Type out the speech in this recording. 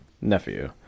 nephew